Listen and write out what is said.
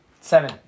Seven